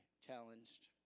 challenged